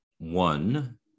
One